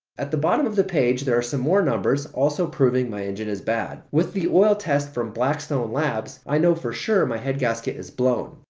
at the bottom of the page there are some more numbers also proving my engine is bad. with the oil test from blackstone labs, i know for sure my head gasket is blown.